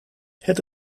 het